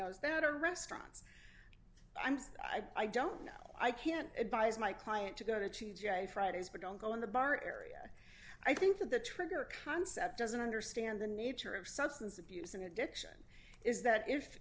knows better restaurants imes i don't know i can't advise my client to go to a friday's but don't go in the bar area i think that the trigger concept doesn't understand the nature of substance abuse and addiction is that if